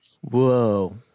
Whoa